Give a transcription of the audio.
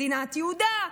מדינת יהודה,